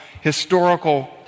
historical